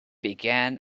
began